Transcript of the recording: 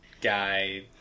guy